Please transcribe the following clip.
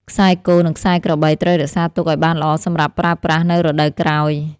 ខ្សែគោ និងខ្សែក្របី ត្រូវរក្សាទុកឱ្យបានល្អសម្រាប់ប្រើប្រាស់នៅរដូវក្រោយ។